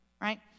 Right